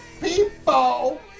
people